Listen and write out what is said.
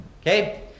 Okay